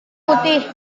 putih